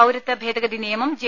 പൌരത്വ ഭേദഗതി നിയമം ജെ